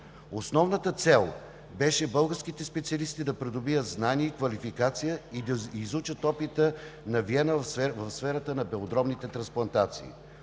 Основната цел беше българските специалисти да придобият знания и квалификация и да изучат опита на Виена в сферата на белодробните трансплантации.